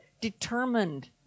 determined